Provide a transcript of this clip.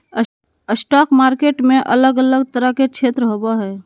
stock market में अलग अलग तरह के क्षेत्र होबो हइ